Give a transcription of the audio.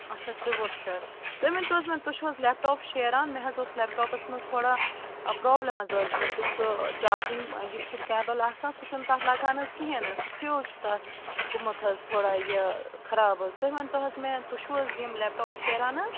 اچھا ترٛوُہ شیتھ بیٚیہِ وٕنۍ تَو حظ مےٚ تُہۍ چھُو حظ لیپٹاپ شیٚران مےٚ حظ اوس لیپٹاپَس منٛز تھوڑا پرابلِم حظ ٲسۍ گٔمٕژ یُس سُہ چارٕجِنٛگ یہِ چھُ کیبَل آسان سُہ چھُنہٕ تَتھ لَگان حظ کِہیٖنۍ نہٕ فیوٗز چھِ تَتھ گومُت حظ تھوڑا یہِ خراب حظ تُہۍ ؤنۍ تَو حظ مےٚ تُہۍ چھُو حظ یِم لیپٹاپ شیران حظ